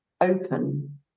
open